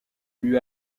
lui